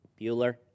Bueller